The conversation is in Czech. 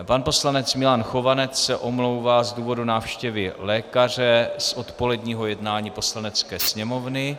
Pan poslanec Milan Chovanec se omlouvá z důvodu návštěvy lékaře z odpoledního jednání Poslanecké sněmovny.